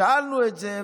שאלנו את זה,